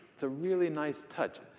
it's a really nice touch.